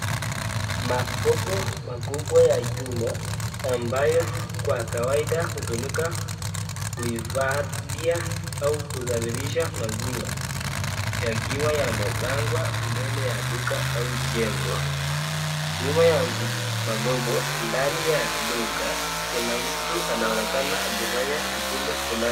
Makopo makubwa ya chuma, ambayo kwa kawaida hutumika kuhifadhia au kusafirisha maziwa, yakiwa yamepangwa mbele ya duka au jengo. Nyuma ya magobo, ndani ya duka kuna mtu anaonekana akifanya shughuli fulani.